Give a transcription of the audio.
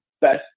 best